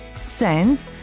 send